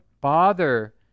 bother